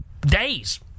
days